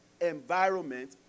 environment